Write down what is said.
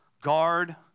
Guard